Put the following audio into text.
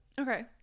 Okay